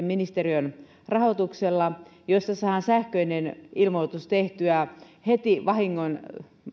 ministeriön rahoituksella liikkeelle kokeilu jossa saadaan sähköinen ilmoitus tehtyä heti vahingon